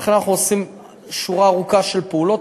ולכן אנחנו עושים שורה ארוכה של פעולות